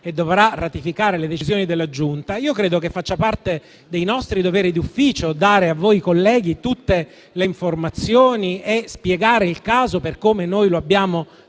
e dovrà ratificare le decisioni della Giunta, credo che faccia parte dei nostri doveri d'ufficio dare a voi, colleghi, tutte le informazioni e spiegare il caso per come lo abbiamo